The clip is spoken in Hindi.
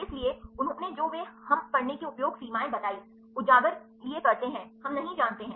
इसलिए उन्होंने जो वे हम करने के उपयोग सीमाएं बताईंउजागर लिए करते हैं हम नहीं जानते हैं